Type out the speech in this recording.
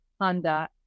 Honda